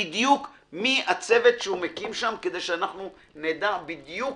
בדיוק, מי הצוות שהוא מקים שם כדי שנדע בדיוק